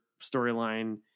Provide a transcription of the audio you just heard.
storyline